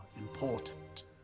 important